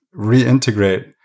reintegrate